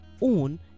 own